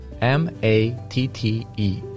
M-A-T-T-E